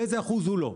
ואיזה אחוז הוא לא.